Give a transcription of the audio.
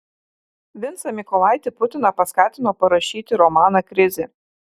vincą mykolaitį putiną paskatino parašyti romaną krizė